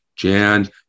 Jan